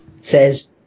says